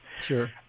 Sure